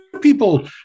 people